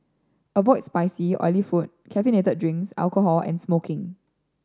avoid spicy oily food caffeinated drinks alcohol and smoking